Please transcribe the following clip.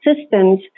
systems